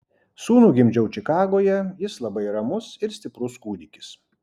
sūnų gimdžiau čikagoje jis labai ramus ir stiprus kūdikis